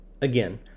Again